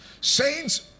Saints